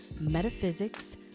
metaphysics